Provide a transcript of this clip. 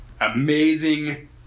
amazing